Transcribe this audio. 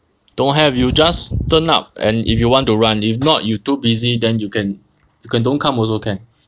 don't have you just turn up and if you want to run if not you too busy then you can you can don't come also can